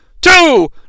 two